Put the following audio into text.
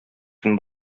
көн